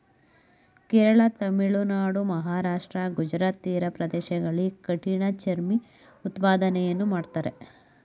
ಕೇರಳ, ತಮಿಳುನಾಡು, ಮಹಾರಾಷ್ಟ್ರ, ಗುಜರಾತ್ ತೀರ ಪ್ರದೇಶಗಳಲ್ಲಿ ಕಠಿಣ ಚರ್ಮಿ ಉತ್ಪಾದನೆಯನ್ನು ಮಾಡ್ತರೆ